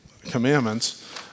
commandments